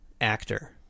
actor